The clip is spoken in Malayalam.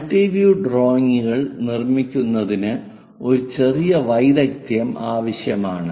മൾട്ടി വ്യൂ ഡ്രോയിംഗുകൾ നിർമ്മിക്കുന്നതിന് ഒരു ചെറിയ വൈദഗ്ദ്ധ്യം ആവശ്യമാണ്